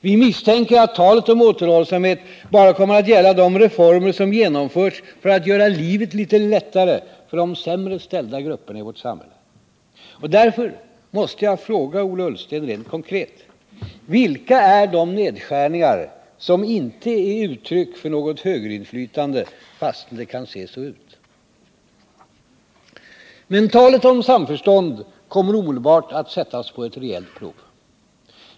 Vi misstänker att talet om återhållsamhet bara kommer att gälla de reformer som genomförts för att göra livet litet lättare för de sämre ställda grupperna i vårt samhälle. Därför måste jag fråga Ola Ullsten rent konkret: Vilka är de nedskärningar som inte är uttryck för något högerinflytande, fastän det kan se så ut? Men talet om samförstånd kommer omedelbart att sättas på ett rejält prov.